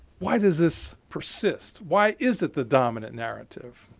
why does this persist? why is it the dominant narrative?